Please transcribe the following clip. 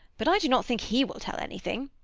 but i do not think he will tell anything.